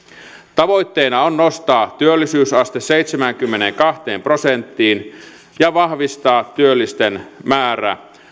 tavoitteena on nostaa työllisyysaste seitsemäänkymmeneenkahteen prosenttiin ja vahvistaa työllisten määrää